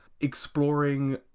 exploring